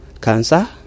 cancer